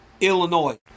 Illinois